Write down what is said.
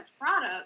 product